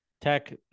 Tech